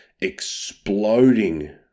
exploding